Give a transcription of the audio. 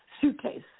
suitcase